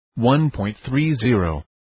1.30